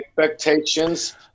expectations